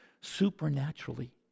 supernaturally